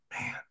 man